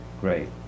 great